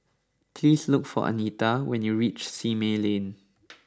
please look for Anita when you reach Simei Lane